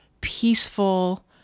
peaceful